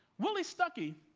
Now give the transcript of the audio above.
willie stuckey